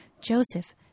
Joseph